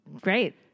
Great